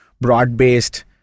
broad-based